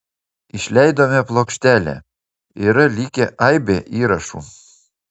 išleidome plokštelę yra likę aibė įrašų